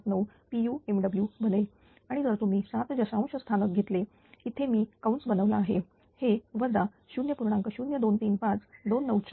00979 pu MW बनेल आणि जर तुम्ही 7 दशांश स्थानक घेतले इथे मी कौंस बनवला आहे हे वजा 0